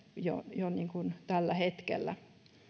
jo tällä hetkellä